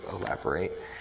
elaborate